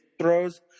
throws